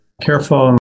careful